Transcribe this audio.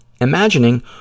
imagining